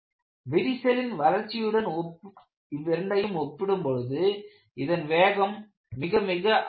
விரிசலின் வளர்ச்சியுடன் இவ்விரண்டையும் ஒப்பிடும் பொது இதன் வேகம் மிக மிக அதிகம்